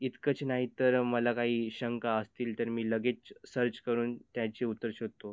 इतकंच नाही तर मला काही शंका असतील तर मी लगेच सर्च करून त्याची उत्तरं शोधतो